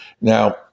Now